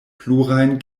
plurajn